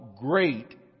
great